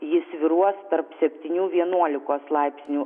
ji svyruos tarp septynių vienuolikos laipsnių